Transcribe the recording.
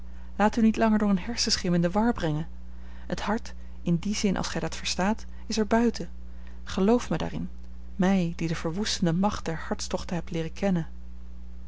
laat u niet langer door een hersenschim in de war brengen het hart in dien zin als gij dat verstaat is er buiten geloof mij daarin mij die de verwoestende macht der hartstochten heb leeren kennen